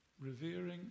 Revering